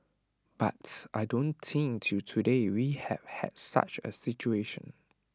but I don't think till today we have had such A situation